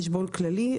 חשבון כללי,